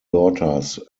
daughters